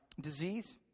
disease